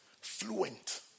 fluent